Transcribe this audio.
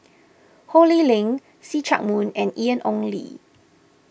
Ho Lee Ling See Chak Mun and Ian Ong Li